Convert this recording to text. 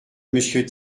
monsieur